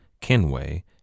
Kenway